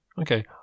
okay